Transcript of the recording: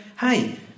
hey